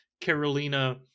carolina